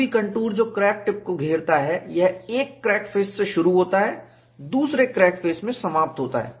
कोई भी कंटूर जो क्रैक टिप को घेरता है एक क्रैक फेस से शुरू होता है दूसरे क्रैक फेस में समाप्त होता है